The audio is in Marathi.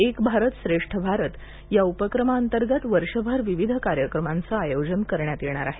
एक भारत श्रेष्ठ भारत या उपक्रमांतर्गत वर्षभर विविध कार्यक्रमांच आयोजन करण्यात येणार आहे